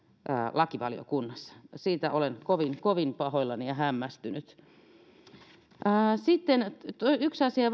lakivaliokunnassa siitä olen kovin kovin pahoillani ja hämmästynyt sitten yksi asia